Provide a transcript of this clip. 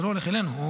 זה לא הולך אלינו.